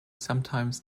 sometimes